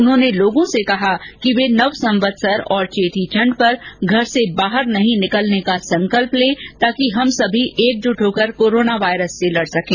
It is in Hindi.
उन्होंने लोगों से कहा है कि वे नव संवत्सर और चेटीचण्ड पर घर से बाहर नहीं निकलने के लिए संकल्प लें ताकि हम सभी एकजुट होकर कोरोना वायरस से लड़ सकें